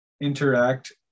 interact